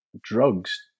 drugs